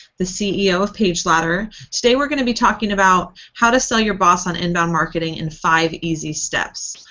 the ceo of pageladder. today we're going to be talking about how to sell your boss on inbound marketing in five easy steps.